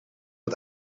het